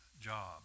job